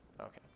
Okay